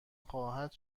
خواهد